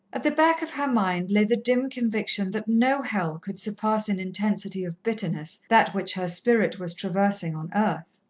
at the back of her mind, lay the dim conviction that no hell could surpass in intensity of bitterness that which her spirit was traversing on earth.